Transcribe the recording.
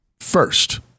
first